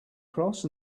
cross